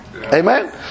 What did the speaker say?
Amen